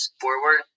forward